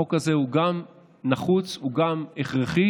החוק הזה הוא גם נחוץ, הוא גם הכרחי,